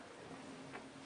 כן.